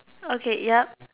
okay yup